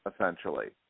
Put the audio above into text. essentially